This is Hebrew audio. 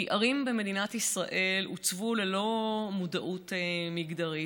כי ערים במדינת ישראל עוצבו ללא מודעות מגדרית,